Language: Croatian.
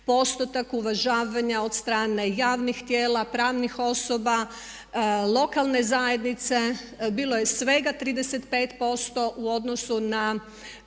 uvažavanja od strane javnih tijela, pravnih osoba, lokalne zajednice, bilo je svega 35% u odnosu na